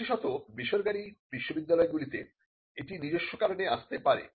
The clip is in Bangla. বিশেষত বেসরকারি বিশ্ববিদ্যালয়গুলোতে এটি নিজস্ব কারণে আসতে পারে